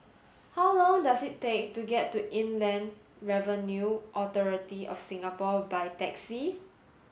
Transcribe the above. how long does it take to get to Inland Revenue Authority of Singapore by taxi